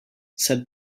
said